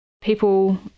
People